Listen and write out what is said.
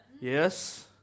Yes